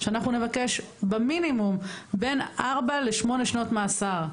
שאנחנו נבקש במינימום בין ארבע לשמונה שנות מאסר,